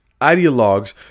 ideologues